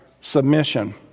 submission